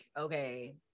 okay